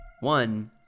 one